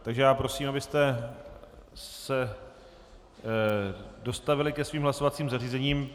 Takže prosím, abyste se dostavili ke svým hlasovacím zařízením.